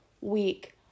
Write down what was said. week